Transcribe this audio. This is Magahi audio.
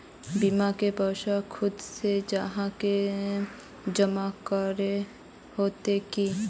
बीमा के पैसा खुद से जाहा के जमा करे होते की?